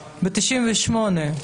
ב-98'